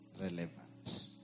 relevant